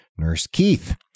nursekeith